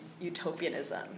utopianism